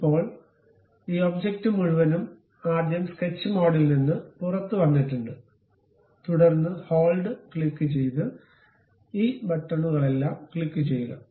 ഇപ്പോൾ ഈ ഒബ്ജക്റ്റ് മുഴുവനും ആദ്യം സ്കെച്ച് മോഡിൽ നിന്ന് പുറത്തുവന്നിട്ടുണ്ട് തുടർന്ന് ഹോൾഡ് ക്ലിക്കുചെയ്ത് ഈ ബട്ടണുകളെല്ലാം ക്ലിക്കുചെയ്യുക